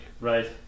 Right